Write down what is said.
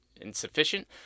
insufficient